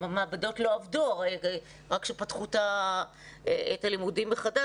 גם המעבדות לא עבדו ורק כאשר פתחו את הלימודים מחדש,